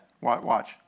Watch